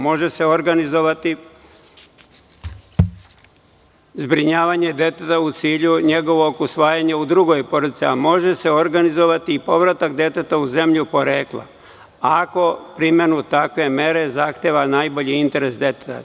Može se organizovati zbrinjavanje deteta u cilju njegovog usvajanja u drugoj porodici, a može se organizovati i povratak deteta u zemlju porekla, ako primenu takve mere zahteva najbolji interes deteta.